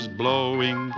blowing